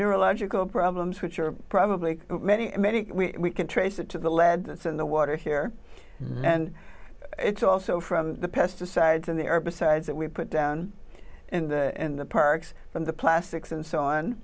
neurological problems which are probably many many we can trace it to the lead that's in the water here and it's also from the pesticides and herbicides that we put down in the parks from the plastics and so on